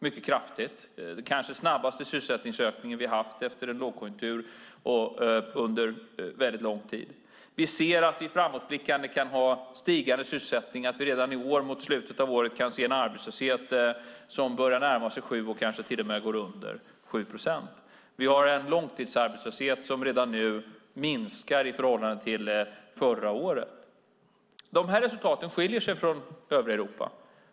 Det är den kanske snabbaste sysselsättningsökning vi har haft efter en lågkonjunktur under lång tid. Vi ser att vi framåtblickande kan ha stigande sysselsättning. Redan mot slutet av detta år kan vi se en arbetslöshet som börjar närma sig, och kanske till och med går under, 7 procent. Vi har en långtidsarbetslöshet som redan nu minskar i förhållande till förra året. Dessa resultat skiljer sig från dem i övriga Europa.